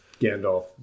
gandalf